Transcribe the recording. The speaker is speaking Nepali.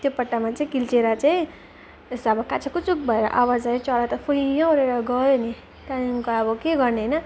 त्यो पत्तामा चाहिँ किल्चेर चाहिँ यस्तो अब काचाक्कुचुक भएर आवाज आयो चरा त फुइँय्य उडेर गयो नि त्यहाँदेखिको अब के गर्ने होइन